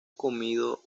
comido